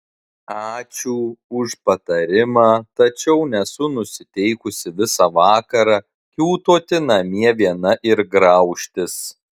ačiū už patarimą tačiau nesu nusiteikusi visą vakarą kiūtoti namie viena ir graužtis